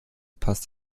passt